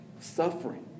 suffering